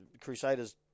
Crusaders